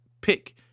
pick